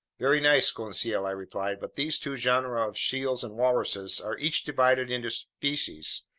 very nice, conseil, i replied, but these two genera of seals and walruses are each divided into species,